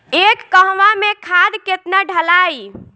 एक कहवा मे खाद केतना ढालाई?